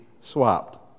swapped